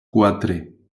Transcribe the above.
quatre